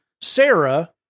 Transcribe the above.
Sarah